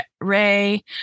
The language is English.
Ray